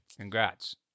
Congrats